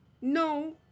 No